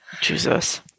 Jesus